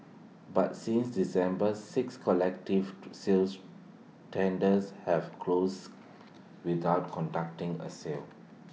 but since December six collective sales tenders have closed without conducting A sale